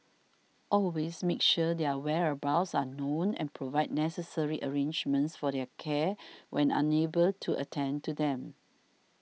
always make sure their whereabouts are known and provide necessary arrangements for their care when unable to attend to them